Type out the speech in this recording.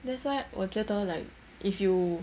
that's why 我觉得 like if you